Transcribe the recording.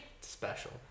special